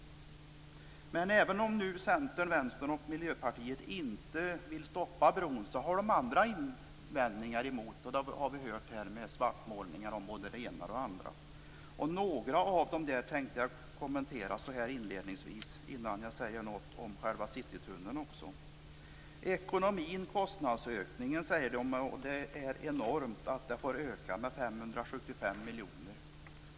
Men även om Centern, Vänstern och Miljöpartiet nu inte vill stoppa bron har de andra invändningar. Det har här gjorts svartmålningar av både det ena och det andra. Några av dem tänkte jag kommentera inledningsvis innan jag säger något som själva Citytunneln. Man talar om ekonomin och säger att kostnadsökningarna är enorma. Kostnaden har ökat med 575 miljoner.